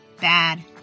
bad